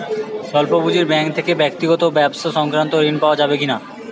স্বল্প পুঁজির ব্যাঙ্ক থেকে ব্যক্তিগত ও ব্যবসা সংক্রান্ত ঋণ পাওয়া যাবে কিনা?